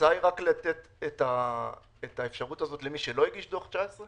ההצעה היא רק לתת את האפשרות הזו למי שלא הגיש דוח 19'?